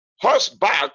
horseback